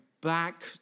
Back